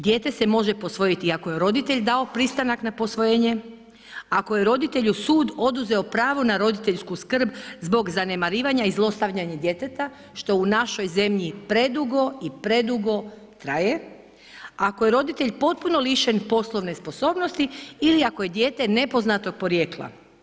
Dijete se može posvojiti i ako je roditelj dao pristanak na posvojenje, ako je roditelju sud oduzeo pravo na roditeljsku skrb zbog zanemarivanja i zlostavljanja djeteta što u našoj zemlji predugo i predugo traje, ako je roditelj potpuno lišen poslovne sposobnosti ili ako je dijete nepoznatog porijekla.